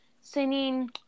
singing